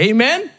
Amen